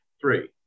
Three